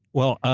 well,